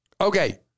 Okay